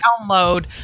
download